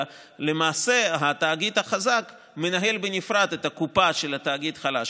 למעשה התאגיד החזק מנהל בנפרד את הקופה של התאגיד החלש